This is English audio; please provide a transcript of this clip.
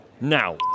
now